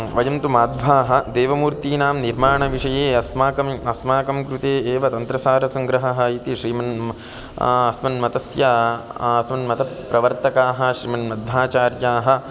वयं तु माधवाः देवमूर्तीनां निर्माणविषये अस्माकं अस्माकं कृते एव तन्त्रसारसङ्ग्रहः इति श्रिमन्म अस्मन्मतस्य अस्मन्मतप्रवर्तकाः श्रीमन्मध्वाचार्याः